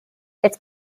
its